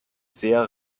sehr